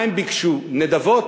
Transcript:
מה הם ביקשו, נדבות?